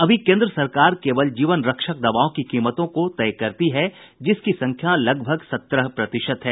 अभी केन्द्र सरकार केवल जीवन रक्षक दवाओं की कीमतों को तय करती है जिसकी संख्या लगभग सत्रह प्रतिशत है